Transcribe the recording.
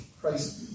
Christ